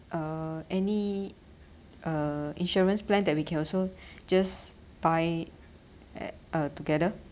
uh any uh insurance plan that we can also just buy at uh together